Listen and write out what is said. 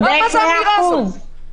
מה זו האמירה הזאת?